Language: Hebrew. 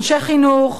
אנשי חינוך,